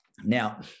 Now